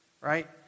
right